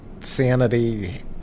sanity